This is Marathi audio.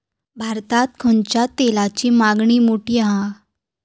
भारतात खायच्या तेलाची मागणी मोठी हा